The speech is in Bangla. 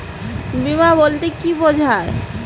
বিমা বলতে কি বোঝায়?